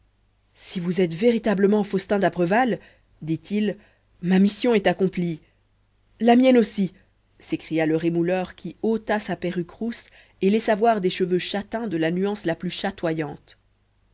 si vous êtes véritablement faustin d'apreval dit-il ma mission est accomplie la mienne aussi s'écria le rémouleur qui ôta sa perruque rousse et laissa voir des cheveux châtains de la nuance la plus chatoyante